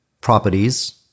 properties